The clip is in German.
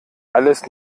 alles